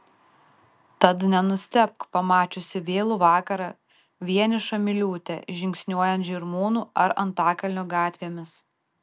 tad nenustebk pamačiusi vėlų vakarą vienišą miliūtę žingsniuojant žirmūnų ar antakalnio gatvėmis